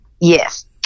Yes